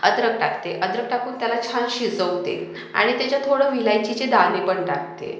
अद्रक टाकते अद्रक टाकून त्याला छान शिजवते आणि त्याच्यात थोडं विलायचीचे दाणेपण टाकते